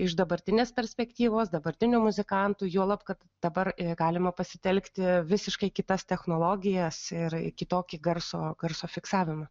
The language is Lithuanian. iš dabartinės perspektyvos dabartinių muzikantų juolab kad dabar galima pasitelkti visiškai kitas technologijas ir kitokį garso garso fiksavimą